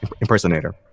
impersonator